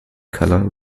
color